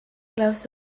claus